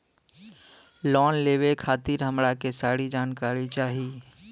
Loan लेवे खातीर हमरा के सारी जानकारी चाही?